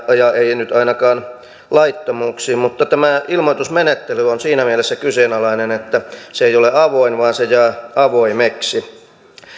ei nyt ainakaan laittomuuksiin mutta tämä ilmoitusmenettely on siinä mielessä kyseenalainen että se ei ole avoin vaan se jää avoimeksi